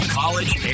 college